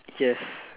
yes